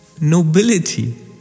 nobility